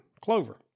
clover